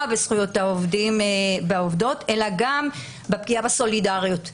בזכויות העובדים והעובדות אלא גם בפגיעה בסולידריות.